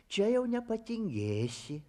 čia jau nepatingėsi